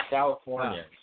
California